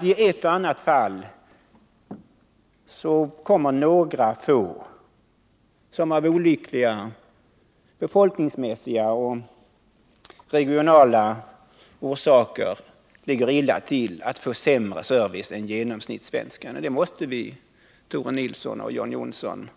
I ett och annat fall kommer några få, som av olyckliga befolkningsmässiga och regionala orsaker ligger illa till, att få sämre service än genomsnittssvensken. Det måste vi, Tore Nilsson och John Johnsson,